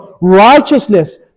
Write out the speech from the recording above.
righteousness